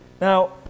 now